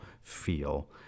feel